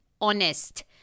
honest